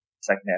second